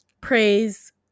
praise